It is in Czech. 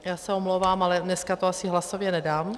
Já se omlouvám, ale dneska to asi hlasově nedám...